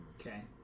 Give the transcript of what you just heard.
Okay